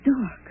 dark